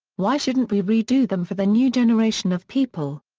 why shouldn't we redo them for the new generation of people?